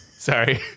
Sorry